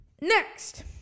Next